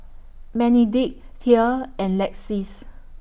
Benedict Thea and Lexis